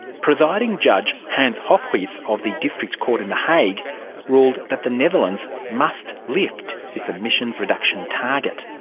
presiding judge hans hofhuis of the district court in the hague ruled that the netherlands must lift its emissions reduction target.